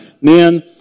men